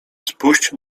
spuść